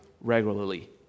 regularly